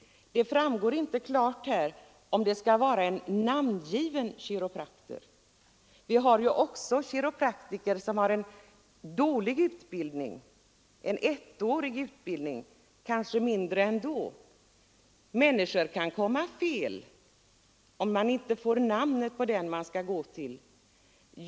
Det framgår inte heller klart om remissen skall avse en namngiven kiropraktor. Det finns också kiropraktorer som har en dålig utbildning på ett år eller kanske ännu mindre. Människor kan komma fel om de inte får namnet på den de skall gå till.